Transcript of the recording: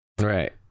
right